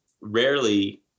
rarely